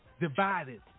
divided